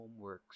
homeworks